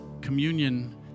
communion